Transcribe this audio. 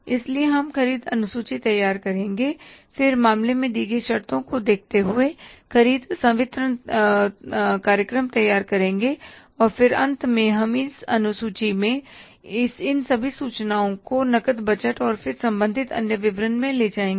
इसलिए हम ख़रीद अनुसूची तैयार करेंगे और फिर मामले में दी गई शर्तों को देखते हुए ख़रीद संवितरण कार्यक्रम तैयार करेंगे और फिर अंत में हम इन अनुसूची से इन सभी सूचनाओं को नकद बजट और फिर संबंधित अन्य विवरण में ले जाएंगे